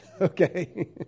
Okay